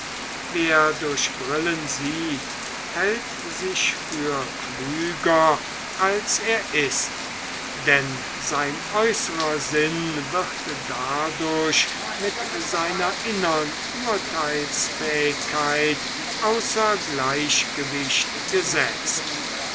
wer durch brillen sieht hält sich für klüger als er ist denn sein äußerer sinn wird dadurch mit seiner innern urteilsfähigkeit außer gleichgewicht gesetzt